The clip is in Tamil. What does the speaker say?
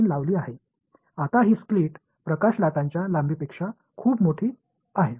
இப்போது இந்த பிளவு ஒளியின் அலை நீளத்தை விட மிகப் பெரியது